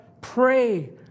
pray